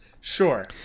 sure